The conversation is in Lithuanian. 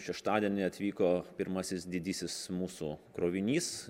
šeštadienį atvyko pirmasis didysis mūsų krovinys